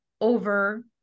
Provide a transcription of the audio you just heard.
over